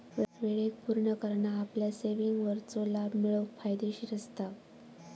वेळेक पुर्ण करना आपल्या सेविंगवरचो लाभ मिळवूक फायदेशीर असता